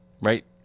right